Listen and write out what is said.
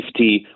50